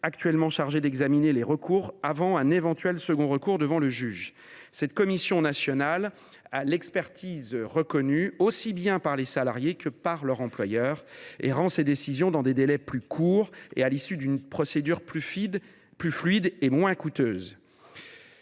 actuellement chargée d’examiner les recours avant un éventuel second recours devant le juge. Cette commission nationale, dont l’expertise est reconnue aussi bien par les salariés que par leurs employeurs, rend ses décisions dans des délais plus courts et à l’issue d’une procédure plus fluide et moins coûteuse.